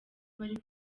bari